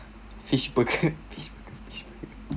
fish burger fish burger fish burger